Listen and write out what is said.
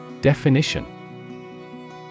Definition